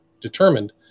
determined